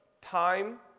time